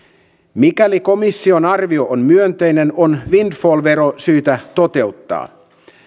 mikäli komission arvio on myönteinen on windfall vero syytä toteuttaa